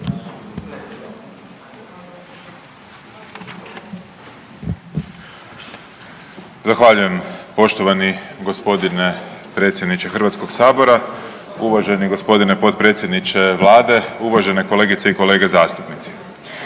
Zahvaljujem poštovani g. predsjedniče HS-a, uvaženi g. potpredsjedniče Vlade, uvažene kolegice i kolege zastupnici.